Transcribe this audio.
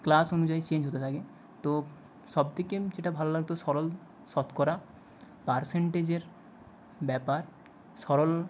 class অনুযায়ী change হতে থাকে তো সবথেকে যেটা ভালো লাগতো সরল শতকরা পার্সেন্টেজের ব্যাপার সরল